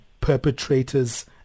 perpetrators